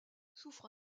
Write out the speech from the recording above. souffre